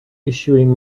issuing